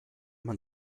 man